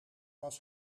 was